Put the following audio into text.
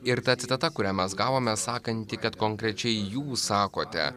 ir ta citata kurią mes gavome sakanti kad konkrečiai jūs sakote